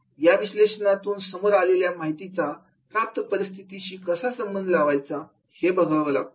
या विश्लेषणातून समोर आलेल्या माहितीचा प्राप्त परिस्थितीशी कसा संबंध लावायचा हे बघावं लागतं